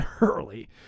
early